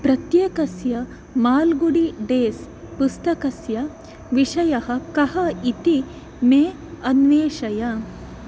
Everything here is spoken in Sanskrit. प्रत्येकस्य माल्गुडी डेस् पुस्तकस्य विषयः कः इति मे अन्वेषय